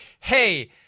hey